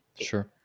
Sure